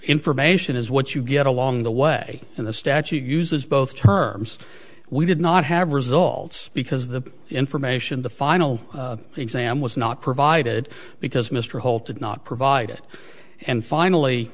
information is what you get along the way and the statute uses both terms we did not have results because the information the final exam was not provided because mr holton not provide it and